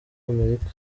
amerika